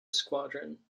squadron